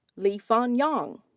li-fan yang.